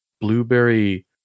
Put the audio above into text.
blueberry